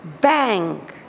bang